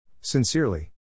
Sincerely